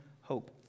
hope